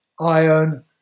iron